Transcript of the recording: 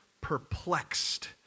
perplexed